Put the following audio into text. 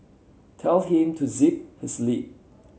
tell him to zip his lip